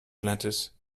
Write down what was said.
lettuce